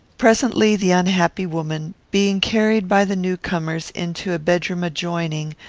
presently, the unhappy woman, being carried by the new-comers into a bedroom adjoining,